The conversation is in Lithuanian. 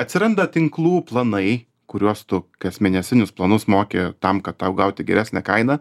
atsiranda tinklų planai kuriuos tu kasmėnesinius planus moki tam kad tau gauti geresnę kainą